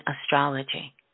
astrology